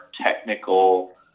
technical